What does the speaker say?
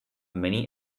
many